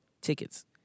tickets